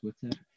Twitter